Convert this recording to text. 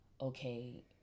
okay